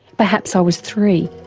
perhaps i was three,